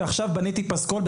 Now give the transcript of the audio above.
ועכשיו בניתי פסקול,